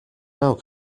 now